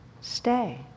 stay